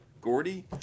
Gordy